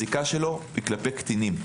הזיקה שלו היא כלפי קטינים,